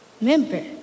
member